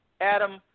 Adam